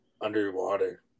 underwater